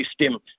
system